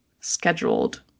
scheduled